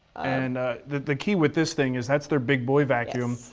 and the the key with this thing is that's their big boy vacuum.